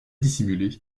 dissimulé